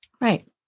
Right